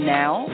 now